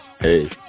hey